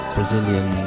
Brazilian